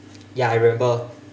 ya I remember